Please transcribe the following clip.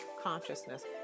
consciousness